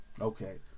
Okay